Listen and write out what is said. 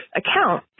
account